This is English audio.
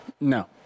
No